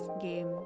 game